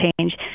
change